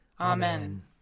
Amen